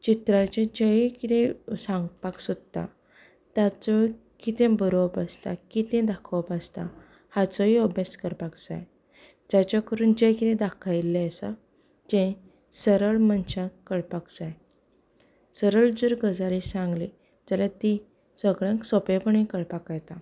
चित्रांचें जें किदें सांगपाक सोदता ताचो किदें बरोवप आसता किदें दाखोवप आसता हाचोय अभ्यास करपाक जाय जाचे करून जें किदें दाखयल्लें आसा जें सरळ मनशाक कळपाक जाय सरळ जर गजाली सांगली जाल्यार ती सगल्यांक सोंपेपणी कळपाक येता